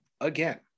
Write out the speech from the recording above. again